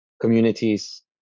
communities